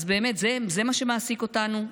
אז באמת, זה מה שמעסיק אותנו?